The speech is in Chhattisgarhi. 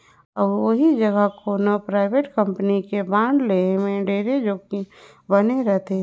अउ ओही जघा कोनो परइवेट कंपनी के बांड लेहे में ढेरे जोखिम बने रथे